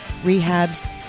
rehabs